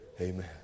Amen